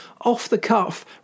off-the-cuff